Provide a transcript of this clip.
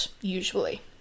usually